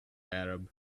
arab